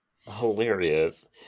Hilarious